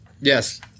Yes